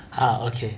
ah okay